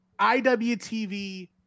IWTV